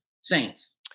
saints